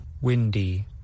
Windy